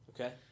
Okay